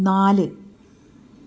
നാല്